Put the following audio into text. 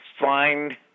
find